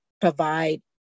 provide